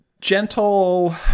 gentle